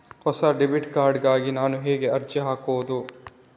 ಹೊಸ debit card ಗಾಗಿ ನಾನು ಹೇಗೆ ಅರ್ಜಿ ಹಾಕುದು?